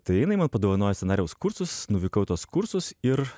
tai jinai man padovanojo scenarijaus kursus nuvykau į tuos kursus ir